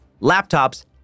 laptops